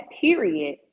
period